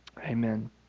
Amen